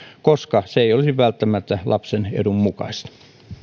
koska se ei olisi välttämättä lapsen edun mukaista